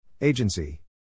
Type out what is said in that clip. Agency